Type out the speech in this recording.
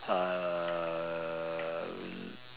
uh